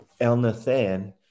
El-Nathan